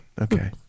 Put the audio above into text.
Okay